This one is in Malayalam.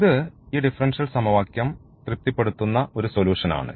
ഇത് ഈ ഡിഫറൻഷ്യൽ സമവാക്യം തൃപ്തിപ്പെടുത്തുന്ന ഒരു സൊലൂഷൻ ആണ്